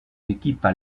équipes